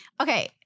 okay